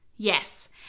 Yes